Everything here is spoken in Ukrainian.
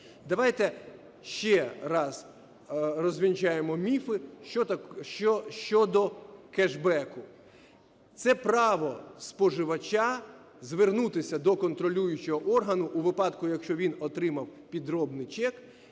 Давайте ще раз розвінчаємо міфи щодо кешбеку – це право споживача звернутися до контролюючого органу у випадку, якщо він отримав підробний чек.